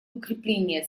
укрепление